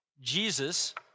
Jesus